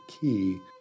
key